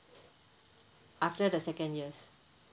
after the second years